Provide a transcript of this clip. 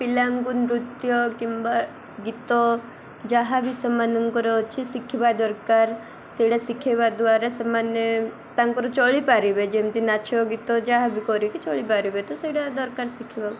ପିଲାଙ୍କୁ ନୃତ୍ୟ କିମ୍ବା ଗୀତ ଯାହା ବି ସେମାନଙ୍କର ଅଛି ଶିଖିବା ଦରକାର ସେଇଟା ଶିଖାଇବା ଦ୍ୱାରା ସେମାନେ ତାଙ୍କର ଚଳିପାରିବେ ଯେମିତି ନାଚ ଗୀତ ଯାହା ବି କରିକି ଚଳିପାରିବେ ତ ସେଇଟା ଦରକାର ଶିଖିବାକୁ